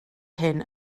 hyn